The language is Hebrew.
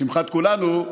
לשמחת כולנו,